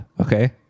okay